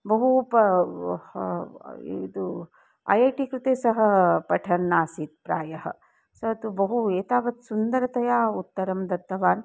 बहु प इदु ऐ ऐ टि कृते सः पठन्नासीत् प्रायः सः तु बहु एतावत् सुन्दरतया उत्तरं दत्तवान्